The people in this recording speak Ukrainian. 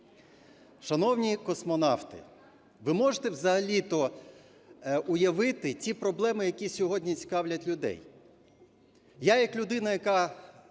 Шановні "космонавти", ви можете взагалі-то уявити ті проблеми, які сьогодні цікавлять людей?